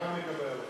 גם לגבי הלוביסטים.